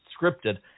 scripted